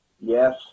Yes